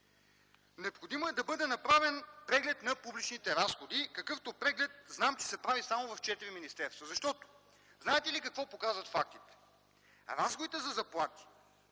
Необходимо е да бъде направен преглед на публичните разходи, за какъвто знам, че се прави само в четири министерства. Знаете ли какво показват фактите? Разходите за заплати